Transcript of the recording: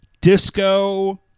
disco